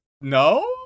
No